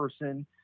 person